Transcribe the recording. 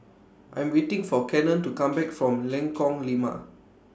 I'm waiting For Kenan to Come Back from Lengkong Lima